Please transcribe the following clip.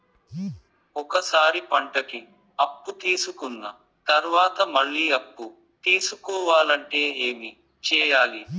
ఒక సారి పంటకి అప్పు తీసుకున్న తర్వాత మళ్ళీ అప్పు తీసుకోవాలంటే ఏమి చేయాలి?